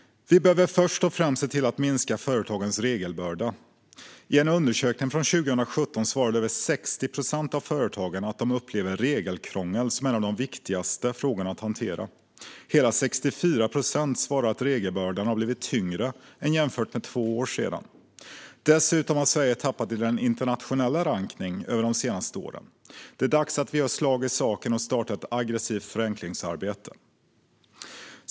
Vi behöver först och främst se till att minska företagens regelbörda. I en undersökning från 2017 svarade över 60 procent av företagen att de upplever regelkrångel som en av de viktigaste frågorna att hantera. Hela 64 procent svarar att regelbördan har blivit tyngre jämfört med för två år sedan. Dessutom har Sverige tappat i den internationella rankningen över de senaste åren. Det är dags att vi gör slag i saken och startar ett aggressivt förenklingsarbete.